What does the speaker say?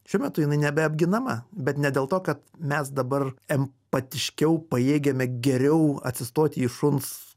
šiuo metu jinai nebeapginama bet ne dėl to kad mes dabar empatiškiau pajėgiame geriau atsistoti į šuns